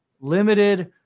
limited